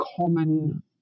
common